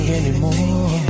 anymore